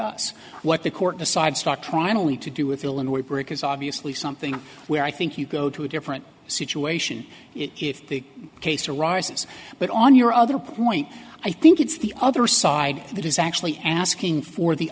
us what the court decides not trying to lead to do with illinois brick is obviously something where i think you go to a different situation if the case arises but on your other point i think it's the other side that is actually asking for the